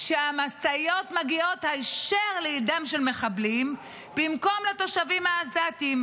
שהמשאיות מגיעות היישר לידיהם של מחבלים במקום לתושבים העזתים,